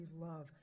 love